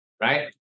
right